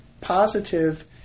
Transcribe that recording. positive